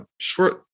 short